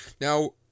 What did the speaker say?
now